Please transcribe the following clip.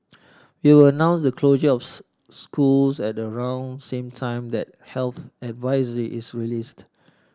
we will announce the closure jobs schools at around same time that health advisory is released